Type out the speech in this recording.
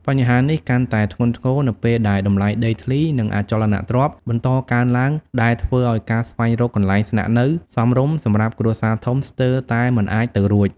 បញ្ហានេះកាន់តែធ្ងន់ធ្ងរនៅពេលដែលតម្លៃដីធ្លី និងអចលនទ្រព្យបន្តកើនឡើង ដែលធ្វើឱ្យការស្វែងរកកន្លែងស្នាក់នៅសមរម្យសម្រាប់គ្រួសារធំស្ទើរតែមិនអាចទៅរួច។